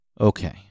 Okay